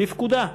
בפקודה.